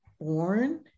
born